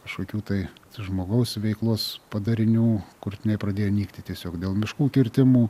kažkokių tai žmogaus veiklos padarinių kurtiniai pradėjo nykti tiesiog dėl miškų kirtimų